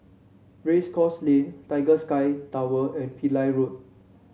Race Course Lane Tiger Sky Tower and Pillai Road